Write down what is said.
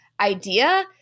idea